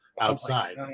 outside